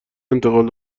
انتقال